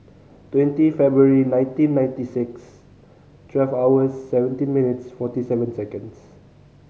twenty February nineteen ninety six twelve hours seventeen minutes forty seven seconds